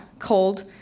Cold